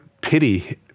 pity